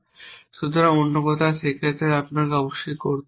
সুতরাং অন্য কথায় এই ক্ষেত্রে আপনাকে অবশ্যই করতে হবে না